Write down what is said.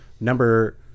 Number